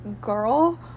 girl